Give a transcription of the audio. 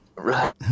right